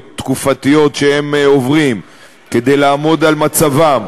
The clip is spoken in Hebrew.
תקופתיות שהם עוברים כדי לעמוד על מצבם,